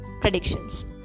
predictions